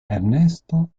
ernesto